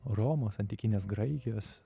romos antikinės graikijos